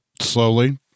Slowly